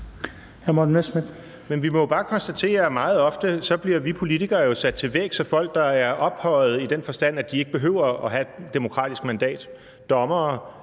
vi må jo bare konstatere, at meget ofte bliver vi politikere sat til vægs af folk, der er ophøjet i den forstand, at de ikke behøver at have et demokratisk mandat: dommere,